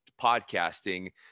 podcasting